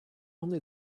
only